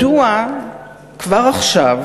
מדוע כבר עכשיו,